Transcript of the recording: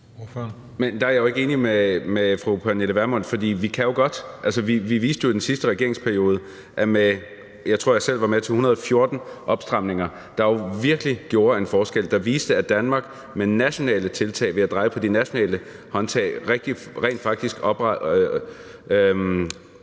der er jeg jo ikke enig med fru Pernille Vermund, fordi vi jo godt kan. Det viste vi i den sidste regeringsperiode. Jeg tror, jeg selv var med til 114 opstramninger, der jo virkelig gjorde en forskel, der viste, at Danmark med nationale tiltag og ved at dreje på de nationale håndtag rent faktisk opnåede